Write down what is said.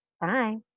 Bye